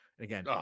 Again